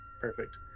Perfect